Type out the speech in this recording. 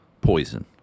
poison